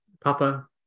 Papa